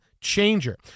changer